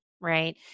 right